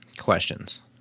Questions